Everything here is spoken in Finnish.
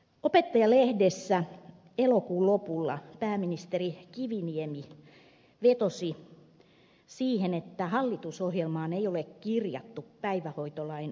opettaja lehdessä elokuun lopulla pääministeri kiviniemi vetosi siihen että hallitusohjelmaan ei ole kirjattu päivähoitolain uudistamista